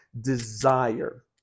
desire